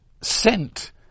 sent